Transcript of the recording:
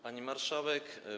Pani Marszałek!